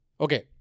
Okay